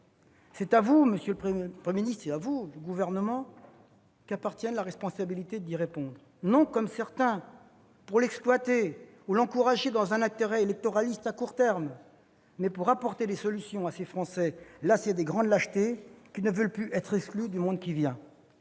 c'est à vous, monsieur le Premier ministre, et au Gouvernement qu'appartient la responsabilité d'y répondre, non comme certains pour l'exploiter ou pour l'encourager dans un intérêt électoraliste de court terme, mais pour apporter des solutions à ces Français lassés des grandes lâchetés, qui ne veulent plus être les exclus du monde qui vient.